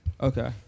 Okay